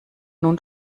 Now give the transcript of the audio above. nun